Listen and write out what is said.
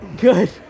Good